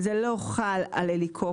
אדוני רואה שזה לא חל על הליקופטר.